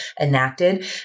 enacted